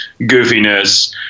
goofiness